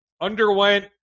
underwent